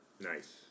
Nice